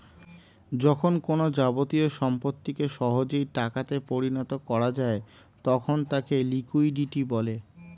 যখন কোনো যাবতীয় সম্পত্তিকে সহজেই টাকা তে পরিণত করা যায় তখন তাকে লিকুইডিটি বলে